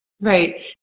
Right